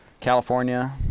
california